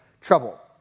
trouble